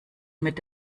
mit